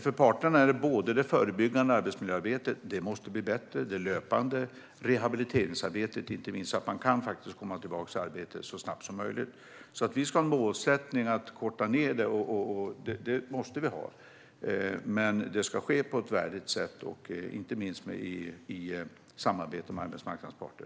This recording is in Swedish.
För parterna måste det förebyggande, löpande arbetsmiljöarbetet bli bättre, liksom rehabiliteringsarbetet, inte minst så att man kan komma tillbaka till arbete så snabbt som möjligt. Vår målsättning ska vara att korta ned det. Det måste vi. Men det ska ske på ett värdigt sätt och inte minst i samarbete med arbetsmarknadens parter.